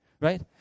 Right